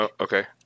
Okay